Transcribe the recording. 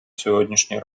сьогоднішній